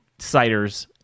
ciders